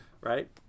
right